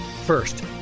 First